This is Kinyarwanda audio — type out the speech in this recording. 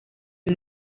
uyu